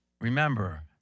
Remember